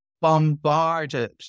bombarded